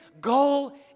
goal